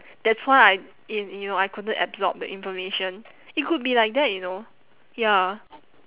that's why I in you know I couldn't absorb the information it could be like that you know ya